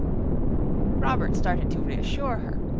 robert started to reassure her,